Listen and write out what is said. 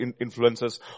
influences